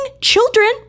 children